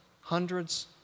hundreds